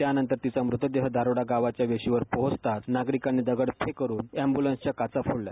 त्यानंतर तिचा मृतदेह दारोडा गावाच्या वेशीवर पोहचताच नागरिकांनी दगडफेक करून एम्बुलन्सच्या काच्या फोडल्या